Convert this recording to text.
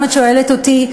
אם את שואלת אותי,